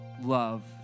love